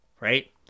right